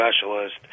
specialist